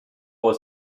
was